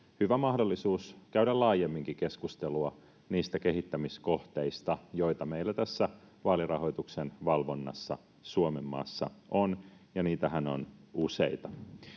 hyvä mahdollisuus käydä laajemminkin keskustelua niistä kehittämiskohteista, joita meillä tässä vaalirahoituksen valvonnassa Suomenmaassa on, ja niitähän on useita.